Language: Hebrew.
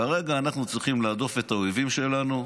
כרגע אנחנו צריכים להדוף את האויבים שלנו.